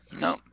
no